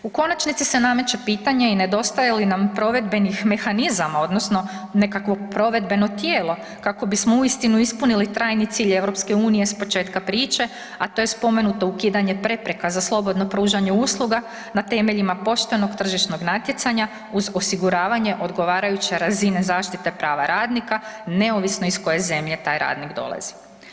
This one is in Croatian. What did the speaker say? U konačnici se nameće pitanje i nedostaje li nam provedbenih mehanizama odnosno nekakvo provedbeno tijelo kako bismo uistinu ispunili trajni cilj EU-a s početka priče a to je spomenuto ukidanje prepreka za slobodno pružanje usluga na temeljima poštenog tržišnog natjecanja uz osiguravanje odgovarajuće razine zaštite prava radnika neovisno iz koje zemlje taj radnik dolazi.